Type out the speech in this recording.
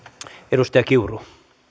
arvoisa puhemies